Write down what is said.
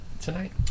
tonight